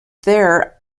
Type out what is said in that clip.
their